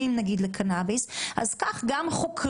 אני מעריכה שגם פה בקנאביס אותו חקלאי